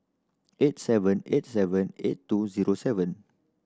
eight seven eight seven eight two zero seven